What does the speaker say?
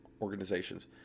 organizations